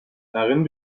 darin